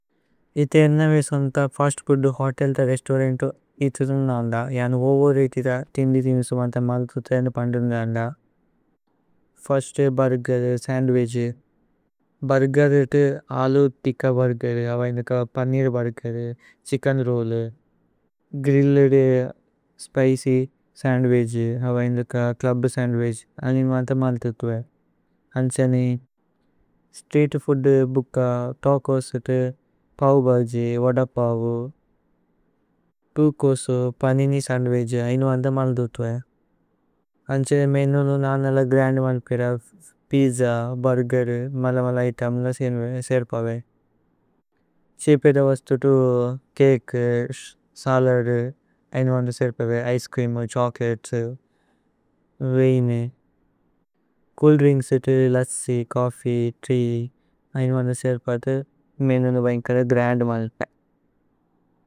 ഇഥേ ഏന്നവേ സോന്ഥ ഫസ്ത് ഫൂദ് ഹോതേല്ത രേസ്തൌരന്ത്। ഇഥ്രുന്ദന്ദ യന ഓവോ രേഇകിദ ഥിന്ദി ഥിനുസു വന്ത। മല്ഥുഥു ഏന്ന പന്ദ്രുന്ദന്ദ ഫിര്സ്ത് ബുര്ഗേര് സന്ദ്വിഛു। ഭുര്ഗേരു ഇത്തു അലു തിക്ക ബുര്ഗേരു അവ ഇന്ദുക paneer. Burger chicken roll grilled spicy sandwich അവ। ഇന്ദുക ച്ലുബ് സന്ദ്വിഛു അനി വന്ത മല്ഥുഥു അന്ഛനേന്। സ്ത്രീത് ഫൂദ് ബുക്ക, തചോസ് ഇത്തു, പവ് ഭജി, വദ പവു। തുകോസു പനിനി സന്ദ്വിഛു അനി വന്ത മല്ഥുഥു അന്ഛനേന്। മേനു നു നനല ഗ്രന്ദു വന്പിര പിജ്ജ, ബുര്ഗേരു, മലമല। ഇതേമു ല സേര്പവേ ഛ്ഹീപേദ വസ്തു തുതു। ചകേഉ സലദു അനി വന്ത സേര്പവേ ഇചേ ച്രേഅമു ഛോചോലതേസു। വീനു ഛൂല് ദ്രിന്ക്സ് ഇത്തു ലസ്സി, ചോഫ്ഫീ, തേഅ അനി വന്ത। സേര്പഥു മേനു നു വന്കല ഗ്രന്ദ് മലക।